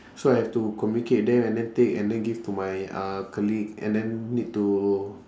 so I have to communicate with them and then take and then give to my uh colleague and then need to